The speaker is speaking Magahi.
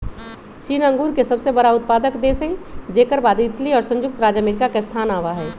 चीन अंगूर के सबसे बड़ा उत्पादक देश हई जेकर बाद इटली और संयुक्त राज्य अमेरिका के स्थान आवा हई